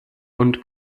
und